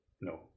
No